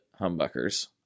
humbuckers